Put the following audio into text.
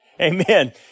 Amen